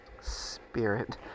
Spirit